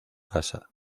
casa